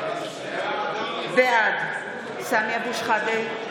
בעד סמי אבו שחאדה,